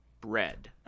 bread